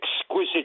exquisite